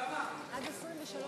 סעיף תקציבי 18,